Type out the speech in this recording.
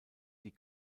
die